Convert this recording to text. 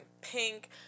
pink